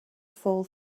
fall